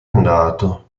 andato